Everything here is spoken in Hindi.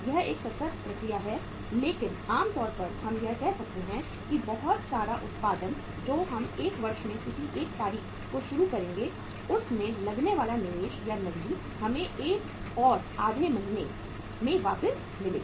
यह एक सतत प्रक्रिया है लेकिन आम तौर पर हम यह कह सकते हैं कि बहुत सारा उत्पादन जो हम एक वर्ष में किसी भी तारीख को शुरू करेंगे उस में लगने वाला निवेश या नगदी हमें एक और आधे महीने में वापस मिलेगा